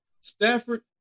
Stafford